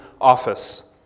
office